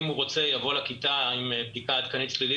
אם הוא רוצה - יבוא לכיתה עם בדיקה עדכנית שלילית,